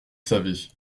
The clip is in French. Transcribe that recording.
savez